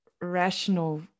rational